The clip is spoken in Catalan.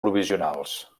provisionals